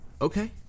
Okay